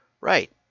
Right